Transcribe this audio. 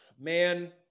man –